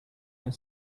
her